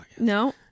No